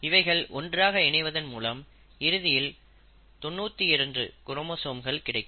இவைகள் ஒன்றாக இணைவதன் மூலம் இறுதியில் 92 குரோமோசோம்கள் கிடைக்கும்